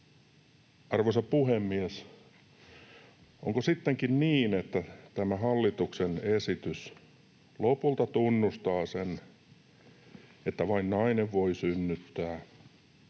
Arvoisa puhemies, onko sittenkin niin, että tämä hallituksen esitys lopulta tunnustaa sen, että vain nainen voi synnyttää,